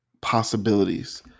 possibilities